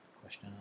question